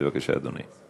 בבקשה, אדוני.